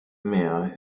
mehr